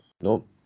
Nope